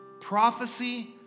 Prophecy